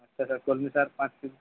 আচ্ছা স্যার কলমী শাক পাঁচ কেজি